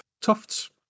tufts